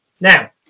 Now